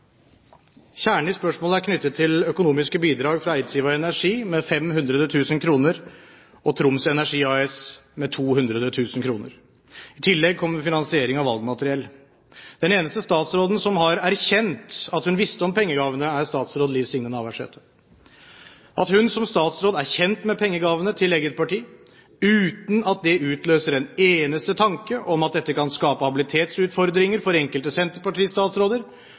Kjernen i spørsmålet er knyttet til økonomiske bidrag fra Eidsiva Energi med 500 000 kr og Troms Kraft AS med 200 000 kr. I tillegg kommer finansiering av valgmateriell. Den eneste statsråden som har erkjent at hun visste om pengegavene, er statsråd Liv Signe Navarsete. At hun som statsråd er kjent med pengegavene til eget parti uten at det utløser en eneste tanke om at dette kan skape habilitetsutfordringer for enkelte